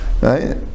right